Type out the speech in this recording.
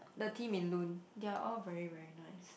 the team in Loon they are all very very nice